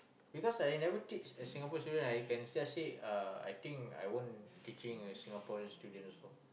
because I never teach a Singapore student I can just say uh I think I won't teaching a Singaporean student also